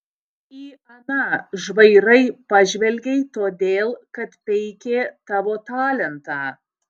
į aną žvairai pažvelgei todėl kad peikė tavo talentą